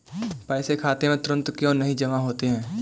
पैसे खाते में तुरंत क्यो नहीं जमा होते हैं?